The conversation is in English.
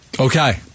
Okay